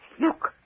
look